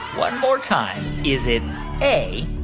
one more time. is it a,